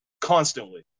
constantly